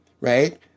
Right